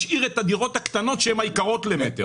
משאיר את הדירות הקטנות שהן היקרות למטר,